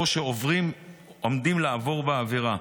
שעומדים לעבור בעבירה,